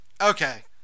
okay